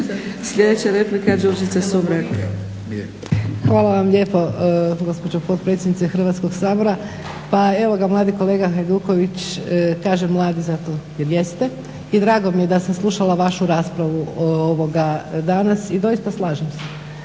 Sumrak. **Sumrak, Đurđica (HDZ)** Hvala vam lijepo gospođo potpredsjednice Hrvatskoga sabora. Pa evo ga mladi kolega Hajduković, kažem mladi zato jer jeste i drago mi je da sam slušala vašu raspravu danas i doista slažem se